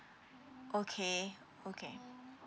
okay okay